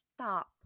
stop